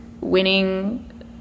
winning